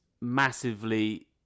massively